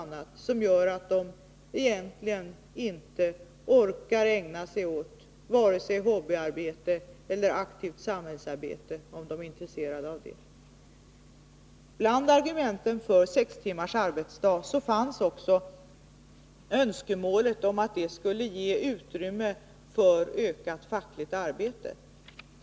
Detta gör att de egentligen inte orkar ägna sig åt vare sig hobbyarbete eller aktivt samhällsarbete, även om de skulle vara intresserade av sådana ting. Bland argumenten för sex timmars arbetsdag återfanns önskemålet att få ökat utrymme för fackligt arbete.